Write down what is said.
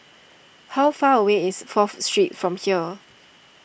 how far away is Fourth Street from here